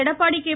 Edappadi K